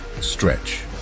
Stretch